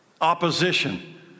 opposition